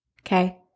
Okay